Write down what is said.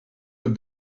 when